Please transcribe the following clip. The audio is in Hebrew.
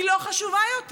היא לא חשובה יותר.